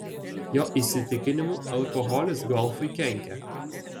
jo įsitikinimu alkoholis golfui kenkia